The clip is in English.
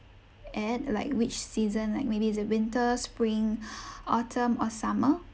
and like which season like maybe is it winter spring autumn or summer